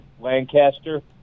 Lancaster